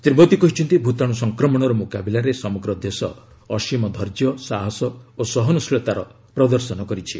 ଶ୍ରୀ ମୋଦୀ କହିଛନ୍ତି ଭୂତାଣୁ ସଂକ୍ରମଣର ମୁକାବିଲାରେ ସମଗ୍ର ଦେଶ ଅସୀମ ଧୈର୍ଯ୍ୟ ସାହସ ଓ ସହନଶୀଳତାର ପ୍ରଦର୍ଶନ କରିଛି